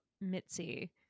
Mitzi